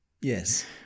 Yes